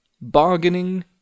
bargaining